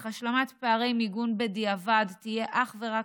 אך השלמת פערי מיגון בדיעבד תהיה אך ורק